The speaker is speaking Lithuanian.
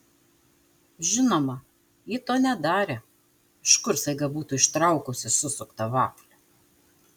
žinoma ji to nedarė iš kur staiga būtų ištraukusi susuktą vaflį